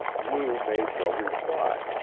lou made no reply,